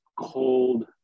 cold